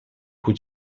cui